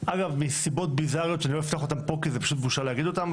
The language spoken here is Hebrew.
אגב מסיבות ביזאריות שאני לא אפתח אותם פה כי זה פשוט בושה להגיד אותם,